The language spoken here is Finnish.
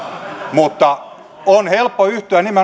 mutta siihen on helppo yhtyä